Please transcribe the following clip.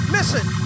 Listen